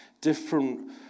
different